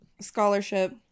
Scholarship